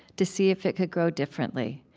to see if it could grow differently,